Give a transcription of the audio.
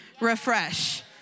refresh